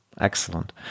excellent